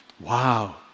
Wow